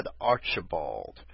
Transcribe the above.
Archibald